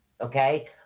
Okay